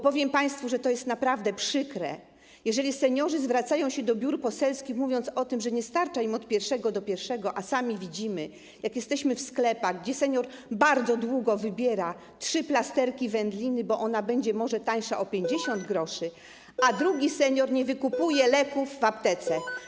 Powiem państwu, że to jest naprawdę przykre, gdy seniorzy zwracają się do biur poselskich, mówiąc o tym, że nie starcza im od pierwszego do pierwszego, a sami widzimy, jak jesteśmy w sklepach, że senior bardzo długo wybiera trzy plasterki wędliny, bo może ona będzie tańsza o 50 gr, a drugi senior nie wykupuje leków w aptece.